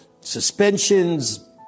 Suspensions